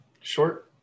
short